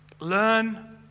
Learn